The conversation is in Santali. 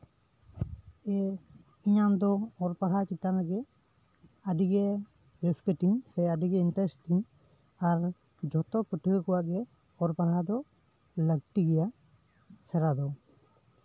ᱤᱧ ᱤᱧᱟᱹᱜ ᱫᱚ ᱚᱞ ᱯᱟᱲᱦᱟᱣ ᱪᱮᱛᱟᱱ ᱨᱮᱜᱮ ᱟᱹᱰᱤᱜᱮ ᱨᱟᱹᱥᱠᱟᱹ ᱛᱤᱧ ᱥᱮ ᱟᱹᱰᱤᱜᱮ ᱤᱱᱴᱨᱮᱥᱴ ᱛᱤᱧ ᱟᱨ ᱡᱷᱚᱛᱚ ᱯᱟᱹᱴᱷᱩᱣᱟᱹ ᱠᱚᱣᱟᱜ ᱜᱮ ᱚᱞ ᱯᱟᱲᱦᱟᱣ ᱫᱚ ᱞᱟ ᱠᱛᱤ ᱜᱮᱭᱟ ᱥᱮᱬᱟ ᱫᱚ